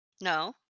No